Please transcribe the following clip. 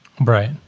Right